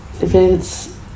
events